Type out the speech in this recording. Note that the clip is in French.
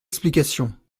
l’explication